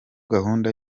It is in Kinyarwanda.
gahunda